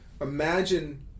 Imagine